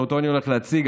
ואותו אני הולך להציג.